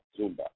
Zumba